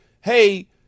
hey